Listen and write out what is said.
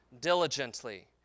diligently